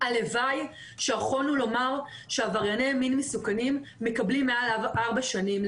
הלוואי שיכולנו לומר שעברייני מין מסוכנים מקבלים מעל ארבע שנים.